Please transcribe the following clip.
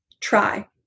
try